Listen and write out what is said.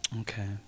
Okay